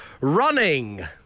Running